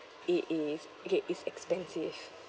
it is okay it's expensive